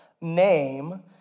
name